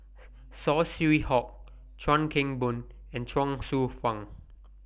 Saw Swee Hock Chuan Keng Boon and Chuang Hsueh Fang